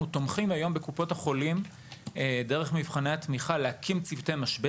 אנחנו תומכים בקופות החולים להקים צוותי משבר,